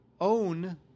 own